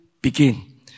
begin